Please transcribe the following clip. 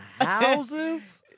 houses